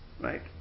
Right